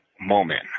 moment